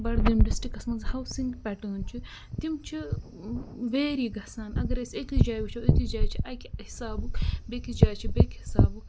بڈگٲمۍ ڈِسٹرکَس منٛز ہاوسِنگ پیٹٲرٕن چھِ تِم چھِ ویری گژھان اگر أسۍ أکِس جایہِ وٕچھو أکِس جایہِ چھِ اَکہِ حِسابُک بیٚکِس جایہِ چھِ بیٚکہِ حِسابُک